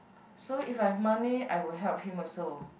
so if I have money I will help him also